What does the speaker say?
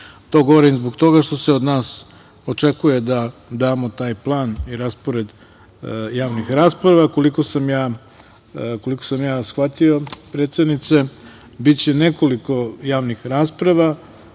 To govorim zbog toga što se od nas očekuje da damo taj plan i raspored javnih rasprava. Koliko sam shvatio od predsednice, biće nekoliko javnih rasprava,